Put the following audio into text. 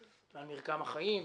על מרקם החיים,